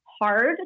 hard